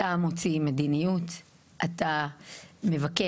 אתה מוציא מדיניות, אתה מבקש.